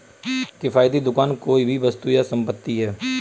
किफ़ायती दुकान कोई भी वस्तु या संपत्ति है